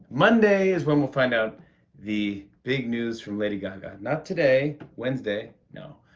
monday is when we'll find out the big news from lady gaga. not today, wednesday, no.